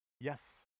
Yes